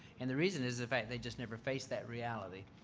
and the reason is the fact they just never faced that reality.